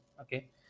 Okay